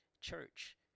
church